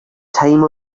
time